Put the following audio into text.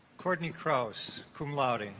courtney krauss cum laude